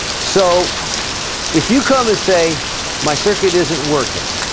so if you come and say my circuit isn't working